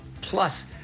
plus